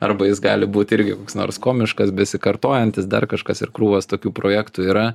arba jis gali būt irgi koks nors komiškas besikartojantis dar kažkas ir krūvos tokių projektų yra